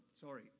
Sorry